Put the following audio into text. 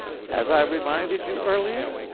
as i reminded you earlier,